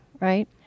right